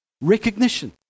recognition